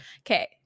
okay